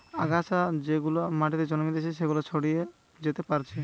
আগাছা যেগুলা মাটিতে জন্মাতিচে সেগুলা ছড়িয়ে যেতে পারছে